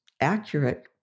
accurate